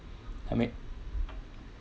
I mean